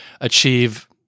achieve